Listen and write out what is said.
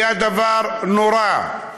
היה דבר נורא,